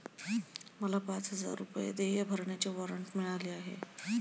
मला पाच हजार रुपये देय भरण्याचे वॉरंट मिळाले आहे